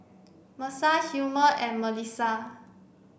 Mercer Hilmer and Melisa